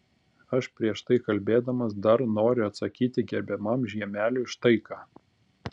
aš prieš tai kalbėdamas dar noriu atsakyti gerbiamam žiemeliui štai ką